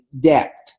depth